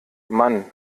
mann